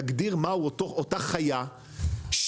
להגדיר מהי אותה חיה שהיא,